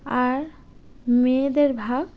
আর মেয়েদের ভাগ